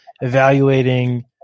evaluating